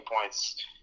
points